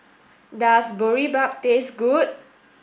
does Boribap taste good